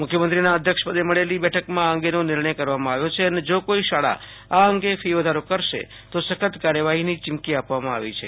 મુખ્યમંત્રીના અધ્યક્ષપદે મળેલી બેઠકમાં આ અંગેનો નિર્ણય કરવામાં આવ્યો છે અને જો કોઈ શાળા આ અંગે ફી વધારો કરશે તો સખત કાર્યવાહીની ચીમકી આપવામાં આવી છે